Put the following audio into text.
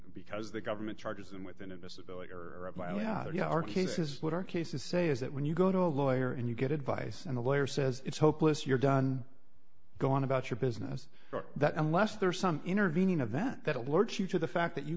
because the government charges and within a disability or our case is what our cases say is that when you go to a lawyer and you get advice and a lawyer says it's hopeless you're done go on about your business that unless there's some intervening event that alerts you to the fact that you